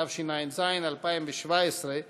התשע"ז 2017,